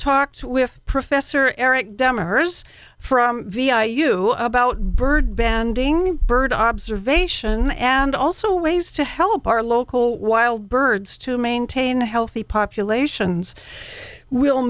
talked with professor eric demmer hers from v i you about bird banding bird observation and also ways to help our local wild birds to maintain healthy populations w